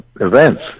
events